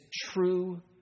true